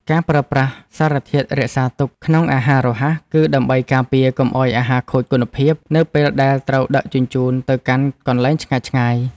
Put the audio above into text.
ការប្រើប្រាស់សារធាតុរក្សាទុកក្នុងអាហាររហ័ស គឺដើម្បីការពារកុំឲ្យអាហារខូចគុណភាពនៅពេលដែលត្រូវដឹកជញ្ជូនទៅកាន់កន្លែងឆ្ងាយៗ។